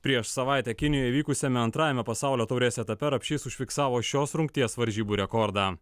prieš savaitę kinijoj vykusiame antrajame pasaulio taurės etape rapšys užfiksavo šios rungties varžybų rekordą